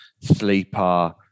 Sleeper